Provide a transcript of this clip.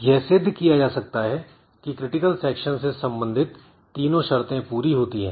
यह सिद्ध किया जा सकता है कि क्रिटिकल सेक्शन से संबंधित तीनों शर्तें पूरी होती है